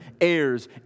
heirs